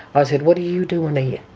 i said, what are you doing yeah